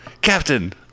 Captain